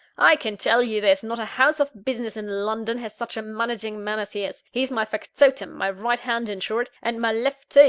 i can tell you there's not a house of business in london has such a managing man as he is he's my factotum my right hand, in short and my left too,